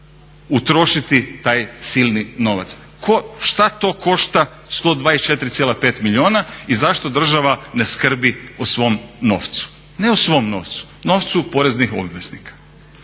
utrošiti taj silni novac. Što to košta 124,5 milijuna i zašto država ne skrbi o svom novcu? Ne o svom novcu, novcu poreznih obveznika.